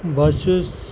بہٕ حظ چھُس